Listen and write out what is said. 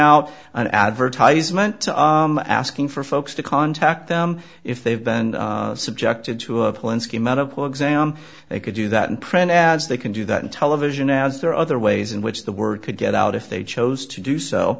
out an advertisement asking for folks to contact them if they've been subjected to uplands q medical exam they could do that in print ads they can do that in television as there are other ways in which the word could get out if they chose to do so